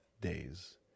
days